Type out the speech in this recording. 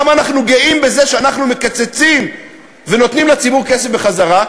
למה אנחנו גאים בזה שאנחנו מקצצים ונותנים לציבור כסף בחזרה,